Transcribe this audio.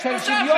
של שוויון.